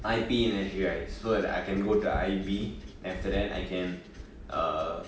I_P in S_J_I so that I can go to I_B and after that I can err